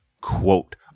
quote